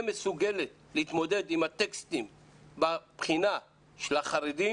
מסוגלת להתמודד עם הטקסטים בבחינה של החרדים,